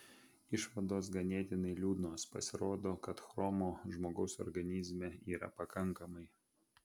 išvados ganėtinai liūdnos pasirodo kad chromo žmogaus organizme yra pakankamai